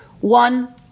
one